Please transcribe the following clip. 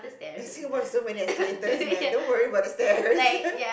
Singapore has so many escalators man don't worry about the stairs